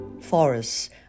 Forests